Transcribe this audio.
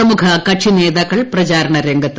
പ്രമുഖ കക്ഷി നേതാക്കൾ പ്രചാരണ രംഗത്ത്